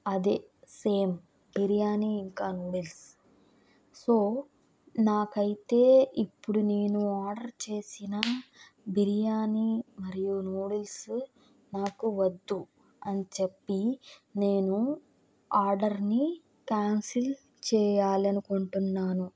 అదే సేమ్ బిర్యానీ ఇంకా noodles so నాకైతే ఇప్పుడు నేను ఆర్డర్ చేసిన బిర్యానీ మరియు నూడిల్స్ నాకు వద్దు అని చెప్పి నేను ఆర్డర్ని క్యాన్సిల్ చేయాలనుకుంటున్నాను